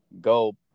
go